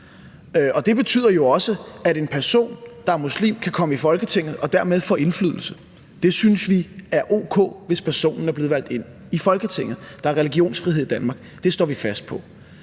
Det betyder jo også, at en person, der er muslim, kan komme i Folketinget og dermed få indflydelse. Det synes vi er o.k., hvis personen er blevet valgt ind i Folketinget. Der er religionsfrihed i Danmark. Det står vi fast på.